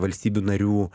valstybių narių